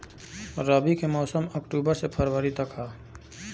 रबी के मौसम अक्टूबर से फ़रवरी तक ह